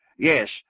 Yes